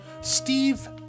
Steve